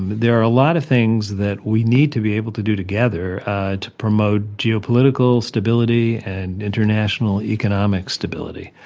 there are a lot of things that we need to be able to do together to promote geopolitical stability and international economic stability.